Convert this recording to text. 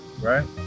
right